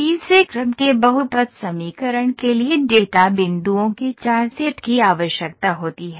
तीसरे क्रम के बहुपद समीकरण के लिए डेटा बिंदुओं के 4 सेट की आवश्यकता होती है